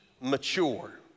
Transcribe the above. mature